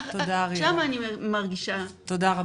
עכשיו אני מרגישה --- תודה.